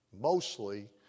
mostly